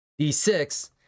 d6